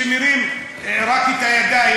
שמרים רק את הידיים,